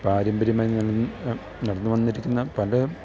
പാരമ്പര്യമായി നടന്ന് നടന്നു വന്നിരിക്കുന്ന പല